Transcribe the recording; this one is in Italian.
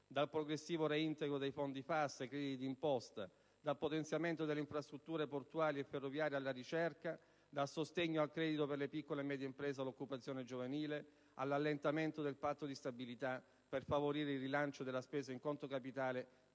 dal progressivo reintegro dei Fondi FAS ai crediti d'imposta, dal potenziamento delle infrastrutture portuali e ferroviarie alla ricerca, dal sostegno al credito per le piccole e medie imprese all'occupazione giovanile, all'allentamento del Patto di stabilità per favorire il rilancio della spesa in conto capitale